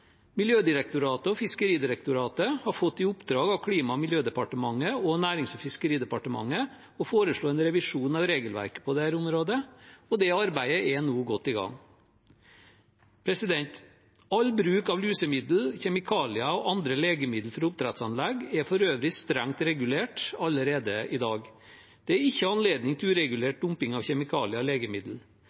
Miljødirektoratet og Fiskeridirektoratet har fått i oppdrag av Klima- og miljødepartementet og Nærings- og fiskeridepartementet å foreslå en revisjon av regelverket på dette området, og det arbeidet er nå godt i gang. All bruk av lusemidler, kjemikalier og andre legemidler fra oppdrettsanlegg er for øvrig strengt regulert allerede i dag. Det er ikke anledning til uregulert dumping av kjemikalier